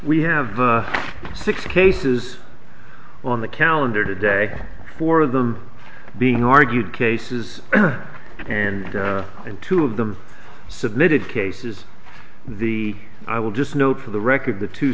we have six cases on the calendar today four of them being argued cases and and two of them submitted cases the i will just note for the record the two